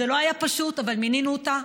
וזה לא היה פשוט, אבל מינינו אותה.